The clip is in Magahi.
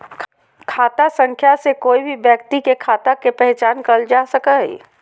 खाता संख्या से कोय भी व्यक्ति के खाता के पहचान करल जा सको हय